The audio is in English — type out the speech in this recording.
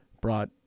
brought